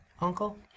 Uncle